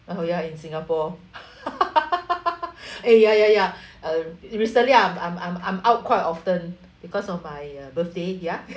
oh ya in singapore eh ya ya ya um recently I'm I'm I'm I'm out quite often because of my uh birthday ya